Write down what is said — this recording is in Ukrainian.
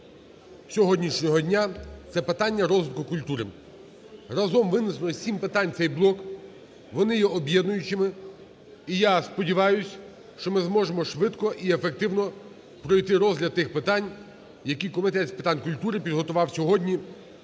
сьогоднішнього дня – це питання розвитку культури. Разом винесено сім питань в цей блок, вони є об'єднуючими, і я сподіваюсь, що ми зможемо швидко і ефективно пройти розгляд тих питань, які Комітет з питань культури підготував сьогодні